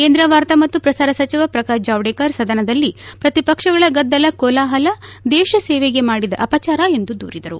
ಕೇಂದ್ರ ವಾರ್ತಾ ಮತ್ತು ಪ್ರಸಾರ ಸಚಿವ ಪ್ರಕಾತ್ ಜಾವಡೇಕರ್ ಸದನದಲ್ಲಿ ಪ್ರತಿಪಕ್ಷಗಳ ಗದ್ದಲ ಕೋಲಾಹಲ ದೇತ ಸೇವೆಗೆ ಮಾಡಿದ ಅಪಚಾರ ಎಂದು ದೂರಿದರು